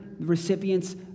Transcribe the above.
recipients